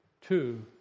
Two